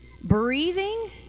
breathing